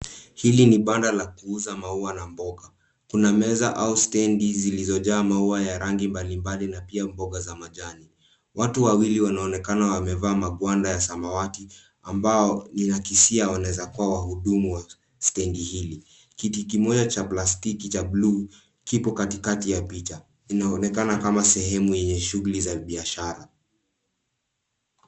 Hili ni banda la kuuza maua na mboga. Kuna meza au stendi ,zilizojaa maua ya rangi mbali na mboga za majani. Watu wawili wanaonekana wamevaa magwanda ya samawati, ambao ninakisia wanawezakuwa wahudumu wa stendi hili. Kiti kimoja cha plastiki cha bluu, kipo katikati ya picha. Inaonekana kama sehemu yenye shughuli za biashara.